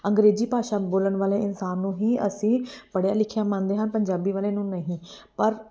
ਅੰਗਰੇਜ਼ੀ ਭਾਸ਼ਾ ਬੋਲਣ ਵਾਲੇ ਇਨਸਾਨ ਨੂੰ ਹੀ ਅਸੀਂ ਪੜ੍ਹਿਆ ਲਿਖਿਆ ਮੰਨਦੇ ਹਾਂ ਪੰਜਾਬੀ ਵਾਲੇ ਨੂੰ ਨਹੀਂ ਪਰ